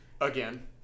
Again